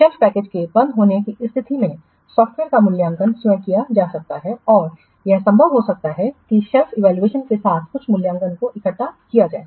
shelf package के बंद होने की स्थिति में सॉफ़्टवेयर का मूल्यांकन स्वयं किया जा सकता है और यह संभव हो सकता है कि सेल्फ इवेलुएशन के साथ कुछ मूल्यांकन को इकट्ठा किया जाए